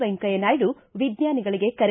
ವೆಂಕಯ್ಯ ನಾಯ್ಡ ವಿಜ್ಞಾನಿಗಳಿಗೆ ಕರೆ